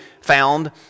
found